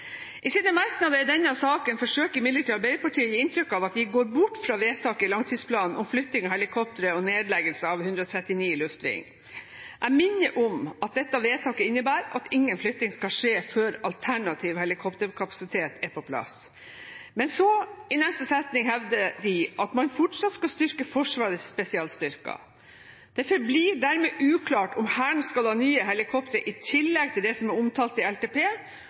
I sine merknader i denne saken forsøker imidlertid Arbeiderpartiet å gi inntrykk av at de går bort fra vedtaket i langtidsplanen om flytting av helikoptre og nedleggelse av 139 Luftving. Jeg minner om at dette vedtaket innebærer at ingen flytting skal skje før alternativ helikopterkapasitet er på plass. I neste setning hevder de at man fortsatt skal styrke Forsvarets spesialstyrker. Det forblir dermed uklart om Hæren skal ha nye helikoptre i tillegg til det som er omtalt i LTP,